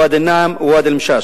ואדי-אל-נעם וואדי-אל-משאש.